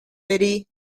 betty